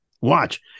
watch